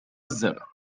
الزر